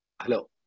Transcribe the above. Hello